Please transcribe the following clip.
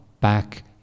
back